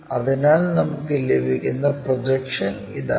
അതിനാൽനമുക്ക് ലഭിക്കുന്ന പ്രൊജക്ഷൻ ഇതാണ്